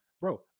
bro